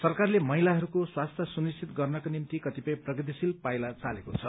सरकारले महिलाहरूको स्वास्थ्य सुनिश्चित गर्नका निम्ति कतिपय प्रगतिशील पाइला चालेको छ